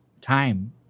time